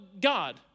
God